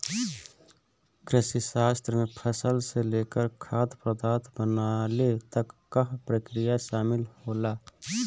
कृषिशास्त्र में फसल से लेकर खाद्य पदार्थ बनले तक कअ प्रक्रिया शामिल होला